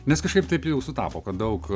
nes kažkaip taip jau sutapo kad daug